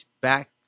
Back